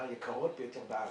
היקרות ביותר בארץ.